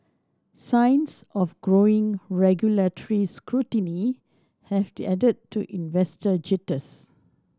signs of growing regulatory scrutiny have added to investor jitters